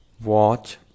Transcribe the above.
watch